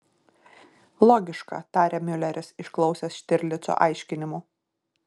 logiška tarė miuleris išklausęs štirlico aiškinimų